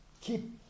keep